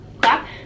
clap